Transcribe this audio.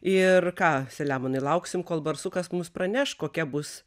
ir ką selemonai lauksim kol barsukas mums praneš kokia bus